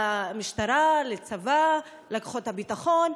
למשטרה, לצבא, לכוחות הביטחון.